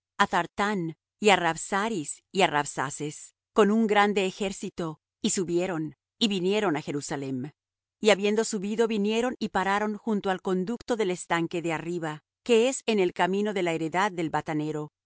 á thartán y á rabsaris y á rabsaces con un grande ejército y subieron y vinieron á jerusalem y habiendo subido vinieron y pararon junto al conducto del estanque de arriba que es en el camino de la heredad del batanero